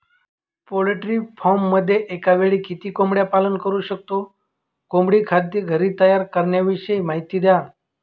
पोल्ट्रीमध्ये एकावेळी किती कोंबडी पालन करु शकतो? कोंबडी खाद्य घरी तयार करण्याविषयी माहिती द्या